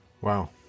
wow